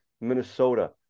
Minnesota